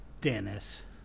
dennis